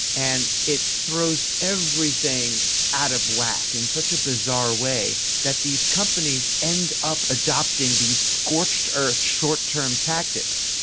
and it throws everything out of whack in such a bizarre way that these companies end up adopting these scorched-earth short-term tactics,